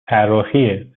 طراحی